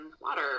water